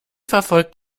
verfolgt